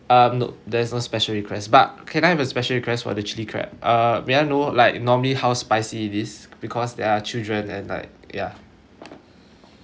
um nope there is no special requests but can I have a special request for the chilli crab uh may I know like normally how spicy it is because there are children and like ya